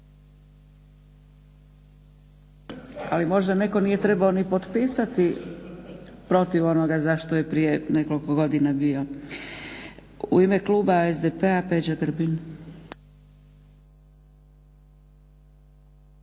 Ali možda netko nije trebao ni potpisati protiv onoga zašto je prije nekoliko godina bio. U ime kluba SDP-a Peđa Grbin.